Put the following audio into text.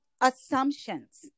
assumptions